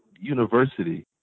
university